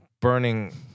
burning